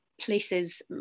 places